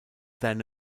then